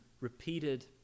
repeated